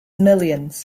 millions